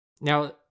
Now